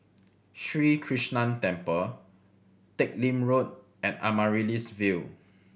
Sri Krishnan Temple Teck Lim Road and Amaryllis Ville